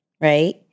right